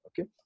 Okay